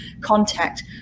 contact